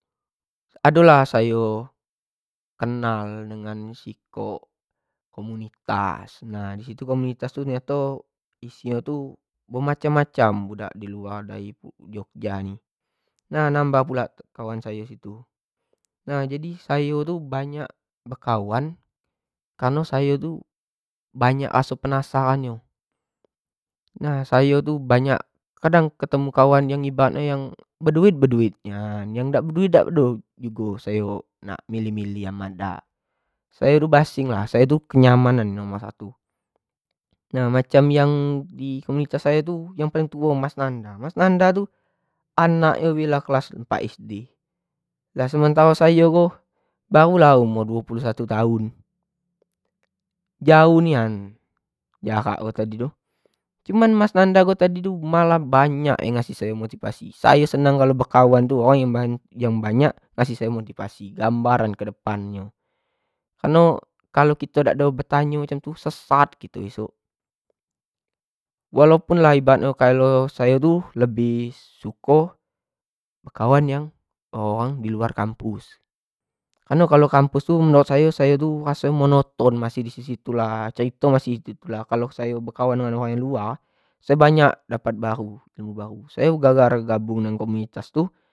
Adolah sayo kenal dengan sikok komunitas, nah ternyato komunitas itu isi nyo bemacam-macam budak diluar dari jogja ni, nah nambah pula kawan sayo situ, nah sayo ko banyak nambah bekawan kareno sayo tu banyak raso penasaran nyo, nah sayo tu banyak terkadang etemu awan yang hebat nyo beduit-beduit nian, yang dak ado beduit dak do jugo, sayo nak milih-milih amat dak, sayo basing lah, sayo yang penting kenyamanan no satu, nah amcam yang di komunitas yang paling tuo mas nanda, mas nanda tu anak nyo bae lah kelas empat sd, lah sementaro sayo baru lah umur duo puluh satu tahun, jauh nian jarak nyo tadi tu, cuma mas nanda tadi ko tu malah banyak ngasih ayo motivasi, sayo senang kalau bekawan tu woi yang banyak ngasih ayo motivasi gamabran sayo kedepan nyo, kareno kalo kito dak ado betanyo macam tu sesat kito, besok, walaupun lah ibarat nyo sayo tu lebih suko bekawan samo orang-oramg di luar kampus, kan kalo kampus tu sayo raso masih monoton, cerito masih sano-sano lah, itu-itu lah, kalau sayo bekawan dengan orang luar sayo banyak daptb ilmu dan pengalaman baru, sayo gara- gara bergabung dengan komunitas tu.